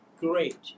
great